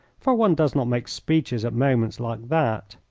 for one does not make speeches at moments like that.